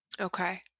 Okay